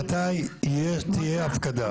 מתי תהיה הפקדה?